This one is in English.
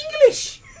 English